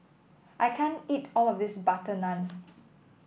I can't eat all of this butter naan